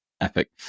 Epic